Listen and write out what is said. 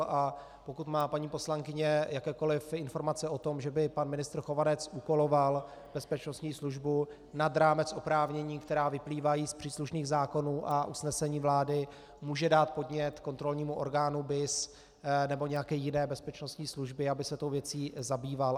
A pokud má paní poslankyně jakékoliv informace o tom, že by pan ministr Chovanec úkoloval bezpečnostní službu nad rámec oprávnění, která vyplývají z příslušných zákonů a usnesení vlády, může dát podnět kontrolnímu orgánu BIS nebo nějaké jiné bezpečnostní službě, aby se tou věcí zabýval.